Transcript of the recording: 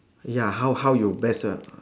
ya how how you best